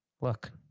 look